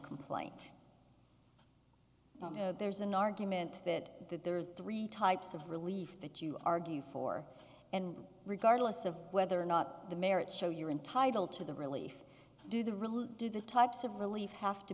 complaint there's an argument that there are three types of relief that you argue for and regardless of whether or not the merits show you are entitled to the relief do the really do the types of relief have to